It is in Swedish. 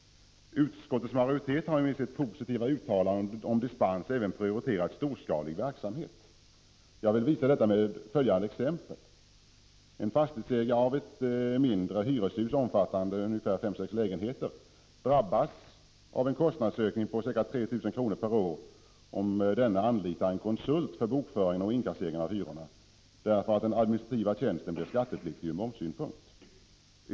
Utskottets majoritet har genom sitt positiva uttalande om dispens även prioriterat storskalig verksamhet. Jag vill visa detta med följande exempel: En fastighetsägare, som innehar ett mindre hyreshus omfattande 5-6 lägenheter, drabbas av en kostnadsökning om ca 3 000 kr. per år om denne anlitar en konsult för bokföringen och inkasseringen av hyrorna därför att den administrativa tjänsten blir skattepliktig ur momssynpunkt.